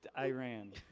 iran.